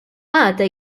għada